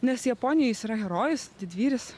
nes japonijoj jis yra herojus didvyris